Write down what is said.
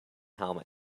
helmet